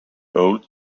old